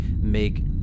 make